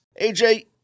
Aj